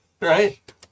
Right